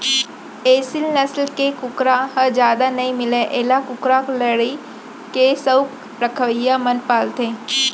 एसील नसल के कुकरा ह जादा नइ मिलय एला कुकरा लड़ई के सउख रखवइया मन पालथें